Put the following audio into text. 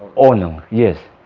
ordnung. yes.